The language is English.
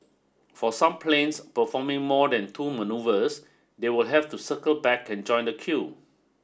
for some planes performing more than two manoeuvres they will have to circle back and join the queue